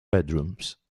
bedrooms